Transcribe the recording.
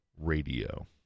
radio